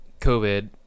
COVID